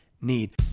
need